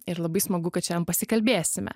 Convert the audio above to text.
ir labai smagu kad šiandien pasikalbėsime